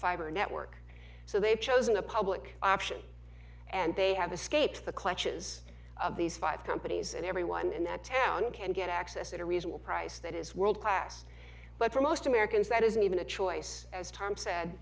fiber network so they've chosen the public option and they have escaped the clutches of these five companies and everyone in that town can get access at a reasonable price that is world class but for most americans that isn't even a choice as tom said